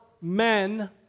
men